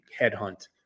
headhunt